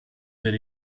per